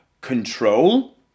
control